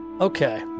Okay